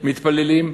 מתפללים,